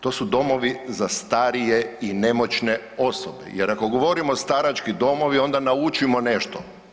To su domovi za starije i nemoćne osobe jer ako govorimo „starački domovi“ onda naučimo nešto.